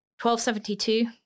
1272